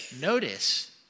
Notice